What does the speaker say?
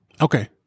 Okay